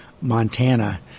montana